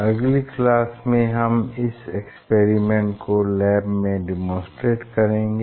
अगली क्लास में हम इस एक्सपेरिमेंट को लैब में डेमोंस्ट्रेट करेंगे